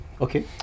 okay